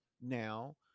now